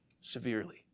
severely